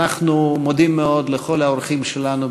אנחנו מודים מאוד לכל האורחים שלנו,